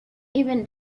even